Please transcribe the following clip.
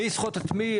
מי יסחט את מי,